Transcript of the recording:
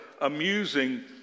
amusing